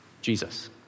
Jesus